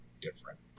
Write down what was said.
different